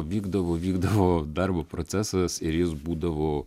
vykdavo vykdavo darbo procesas ir jis būdavo